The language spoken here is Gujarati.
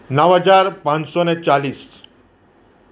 નવ હજાર પાંચસોને ચાલીસ